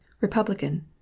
Republican